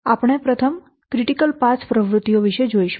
આપણે પ્રથમ critical path પ્રવૃત્તિઓ વિશે જોઈશું